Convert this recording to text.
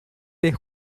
ter